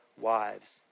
wives